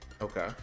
Okay